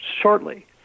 shortly